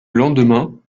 lendemain